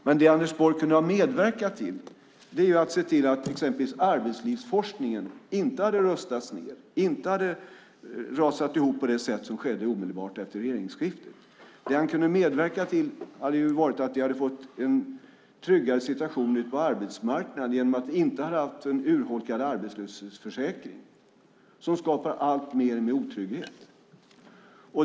Men det Anders Borg kunde ha medverkat till är att se till att exempelvis arbetslivsforskningen inte hade rustats ned, inte hade rasat ihop på det sätt som skedde omedelbart efter regeringsskiftet. Han hade kunnat medverka till att vi hade fått en tryggare situation på arbetsmarknaden genom att vi inte hade haft en urholkad arbetslöshetsförsäkring som skapar alltmer otrygghet.